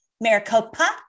Maricopa